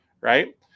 right